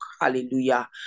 Hallelujah